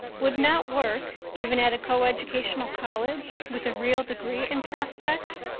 would not work, even at a coeducational college with a real degree in prospect,